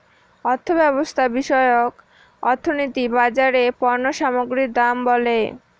অর্থব্যবস্থা বিষয়ক অর্থনীতি বাজারে পণ্য সামগ্রীর দাম বলে